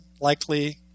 likely